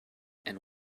and